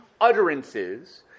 utterances